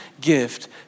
gift